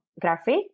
Graphic